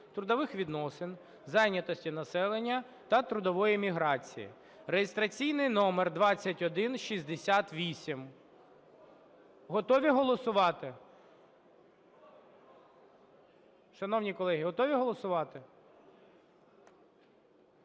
трудових відносин, зайнятості населення та трудової міграції (реєстраційний номер 2168). Готові голосувати? Шановні колеги, голові голосувати?